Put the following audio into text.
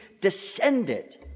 descended